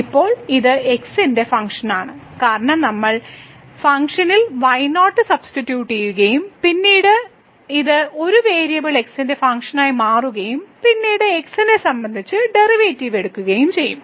ഇപ്പോൾ ഇത് x ന്റെ ഫംഗ്ഷനാണ് കാരണം നമ്മൾ ഫംഗ്ഷനിൽ y0 സബ്സ്ടിട്യൂട്ട് ചെയ്യുകയും പിന്നീട് ഇത് ഒരു വേരിയബിൾ x ന്റെ ഫംഗ്ഷനായി മാറുകയും പിന്നീട് x നെ സംബന്ധിച്ച് ഡെറിവേറ്റീവ് എടുക്കുകയും ചെയ്യാം